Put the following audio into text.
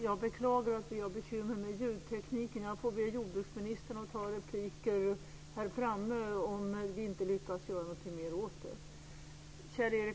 Jag beklagar att vi har bekymmer med ljudtekniken. Jag ber jordbruksministern att ta sina repliker här framme om vi inte lyckas göra någonting mer åt det.